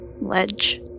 Ledge